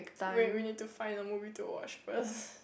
wait we need to find a movie to watch first